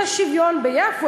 יש שוויון ביפו,